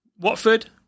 Watford